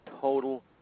total